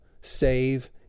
save